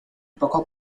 poco